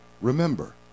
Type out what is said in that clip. Remember